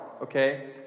okay